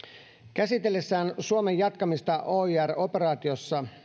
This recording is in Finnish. käsitellessään suomen jatkamista oir operaatiossa